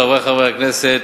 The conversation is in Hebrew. חברי חברי הכנסת,